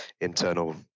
internal